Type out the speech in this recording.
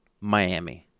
Miami